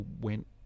went